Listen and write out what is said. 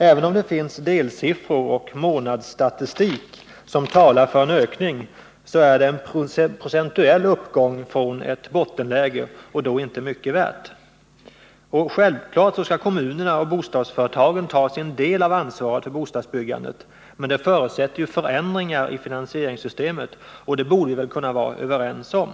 Även om det finns delsiffror och månadsstatistik som visar en ökning är det en procentuell uppgång från ett bottenläge, och då är det inte mycket värt. Självklart skall kommunerna och bostadsföretagen ta sin del av ansvaret för bostadsbyggandet, men det förutsätter förändringar i finansieringssystemet — det borde vi kunna vara överens om.